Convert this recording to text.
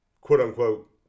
quote-unquote